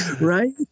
Right